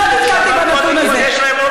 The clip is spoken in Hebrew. במגזר הציבורי.